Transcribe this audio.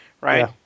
right